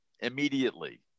immediately